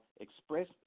express